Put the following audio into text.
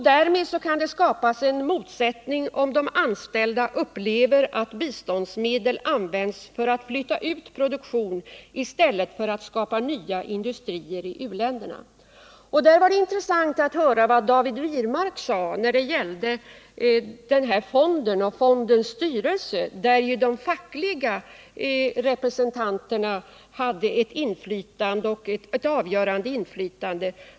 Därmed kan det skapas en motsättning om de anställda upplever att biståndsmedel används för att flytta ut produktion i stället för att skapa nya industrier i u-länderna. Det var på den punkten intressant att höra vad David Wirmark sade när det gällde fondens styrelse, där de fackliga representanterna skulle få ett avgörande inflytande.